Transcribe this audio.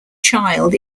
child